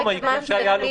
בדיקה.